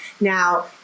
Now